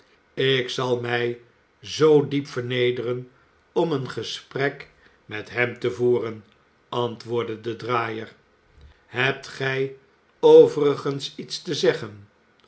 ik zal mij zoo diep vernederen om een gesprek met hem te voeren antwoordde de draaier hebt gij overigens iets te zeggen